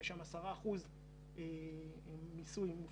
שיש שם 10% מיסוי מופחת